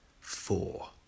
Four